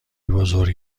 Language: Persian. بزرگ